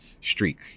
streak